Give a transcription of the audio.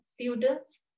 students